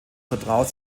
vertraut